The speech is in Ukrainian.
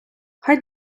хай